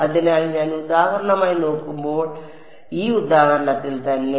അതിനാൽ ഞാൻ ഉദാഹരണമായി നോക്കുമ്പോൾ ഈ ഉദാഹരണത്തിൽ തന്നെ